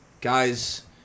guys